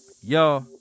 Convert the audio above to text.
Yo